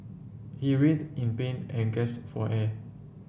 he writhed in pain and gasped for air